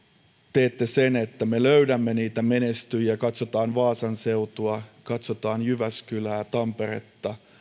teette sen että me löydämme niitä menestyjiä jos katsotaan vaasan seutua katsotaan jyväskylää tamperetta